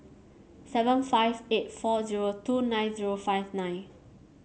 seven five eight four zero two nine zero five nine